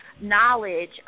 knowledge